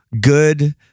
good